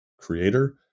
creator